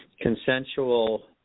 consensual